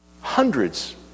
hundreds